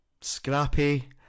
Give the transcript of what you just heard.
scrappy